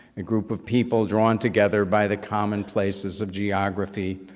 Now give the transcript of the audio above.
a group of people drawn together by the common places of geography,